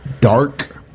dark